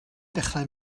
dechrau